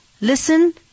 Listen